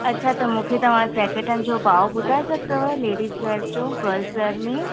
अच्छा त मूंखे तवां जेकेटनि जो भाव ॿुधाए सघंदव लेडिज़ वेअर जो गल्स वेअर में